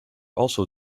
also